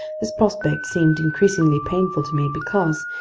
this prospect seemed increasingly painful to me because,